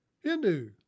Hindu